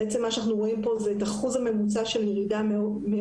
מה שאנחנו רואים פה זה את האחוז הממוצע של ירידה מעודף